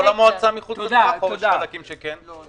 כל המועצה מחוץ לטווח או יש חלקים שכן?